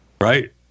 Right